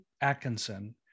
Atkinson